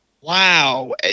Wow